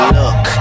look